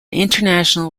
international